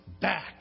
back